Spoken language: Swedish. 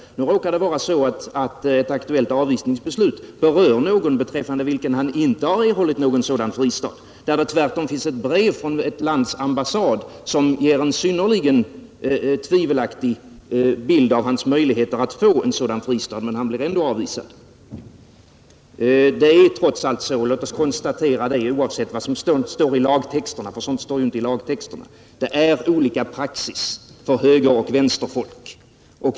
Nu råkar det vara så att ett aktuellt avvisningsbeslut berör en person som inte erhållit någon sådan fristad. Det finns tvärtom ett brev från ett annat lands ambassad, som ger en synnerligen tvivelaktig bild av hans möjligheter att få en sådan fristad, men han blir ändå avvisad. Det är trots allt så — låt oss konstatera det, oavsett vad som står i lagtexten, ty sådant står ju inte i lagtexterna — att det är olika praxis för högeroch vänsterfolk.